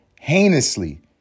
heinously